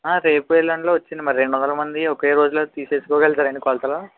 రేపు ఎల్లుండిలో వచ్చేయండి మరి రెండువందల మంది ఒకే రోజులో తీసేసుకోగలుగుతారా కొలతలు